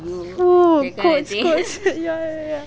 oh it's correct ya ya ya